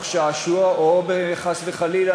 לזכור שבתי-הזיקוק